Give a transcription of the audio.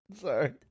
Sorry